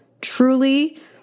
truly